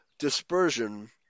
dispersion